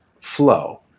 flow